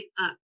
up